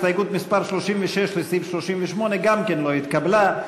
הסתייגות מס' 36 לסעיף 38 גם כן לא נתקבלה.